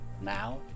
now